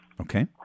Okay